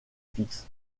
fix